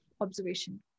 observation